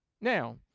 Now